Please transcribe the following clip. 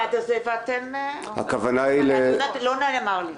--- לא נאמר לי.